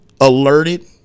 alerted